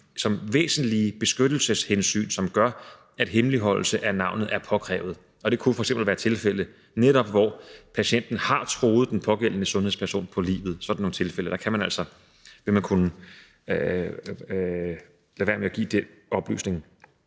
som væsentlige beskyttelseshensyn, og som gør, at hemmeligholdelse af navnet er påkrævet. Det kunne f.eks. være tilfældet, netop hvor patienten har truet den pågældende sundhedsperson på livet. I sådan et tilfælde vil man altså kunne lade være med at give den oplysning.